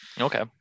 Okay